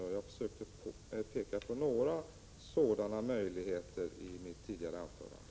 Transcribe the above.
Jag försökte peka på några sådana möjligheter i mitt tidigare anförande.